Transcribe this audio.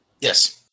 Yes